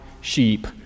sheep